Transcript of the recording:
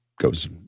goes